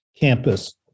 campus